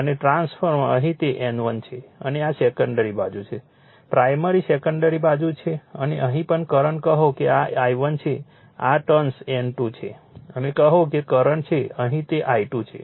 અને ટ્રાન્સ અહીં તે N1 છે અને આ સેકન્ડરી બાજુ છે પ્રાઇમરી સેકન્ડરી બાજુ છે અને અહીં પણ કરંટ કહો કે આ I1 છે આ ટર્ન્સ N2 છે અને કહો કે કરંટ છે અહીં તે I2 છે